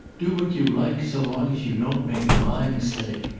do what you like so long as you don't make my mistake.